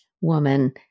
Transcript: woman